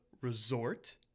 resort